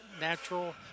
natural